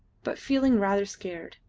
but feeling rather scared.